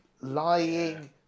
Lying